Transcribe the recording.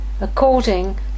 according